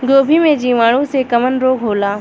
गोभी में जीवाणु से कवन रोग होला?